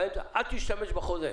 אל תשתמש בחוזה.